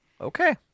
Okay